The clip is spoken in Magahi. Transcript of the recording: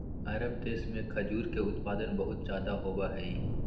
अरब देश में खजूर के उत्पादन बहुत ज्यादा होबा हई